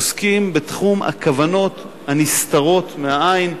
עוסקים בתחום הכוונות הנסתרות מהעין,